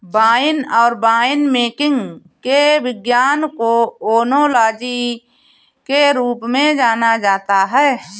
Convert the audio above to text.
wine और winemaking के विज्ञान को ओनोलॉजी के रूप में जाना जाता है